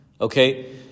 Okay